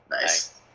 Nice